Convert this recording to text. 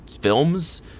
films